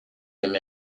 him